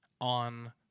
on